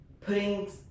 putting